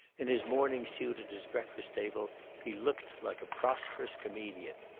in his morning suit at his breakfast-table he looked like a prosperous comedian.